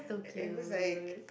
and was like